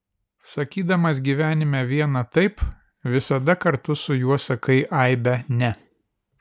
sakydamas gyvenime vieną taip visada kartu su juo sakai aibę ne